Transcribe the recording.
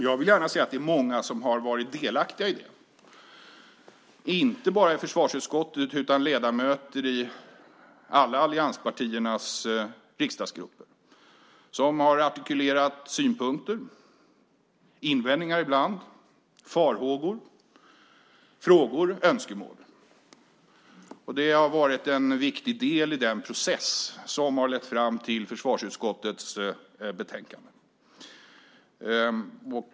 Jag vill gärna säga att det är många som har varit delaktiga i detta, inte bara i försvarsutskottet, utan ledamöter i alla allianspartiernas riksdagsgrupper har varit delaktiga. De har artikulerat synpunkter - invändningar ibland - farhågor, frågor och önskemål. Det har varit en viktig del i den process som har lett fram till försvarsutskottets betänkande.